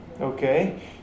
Okay